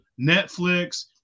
Netflix